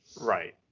Right